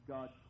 God